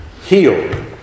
Healed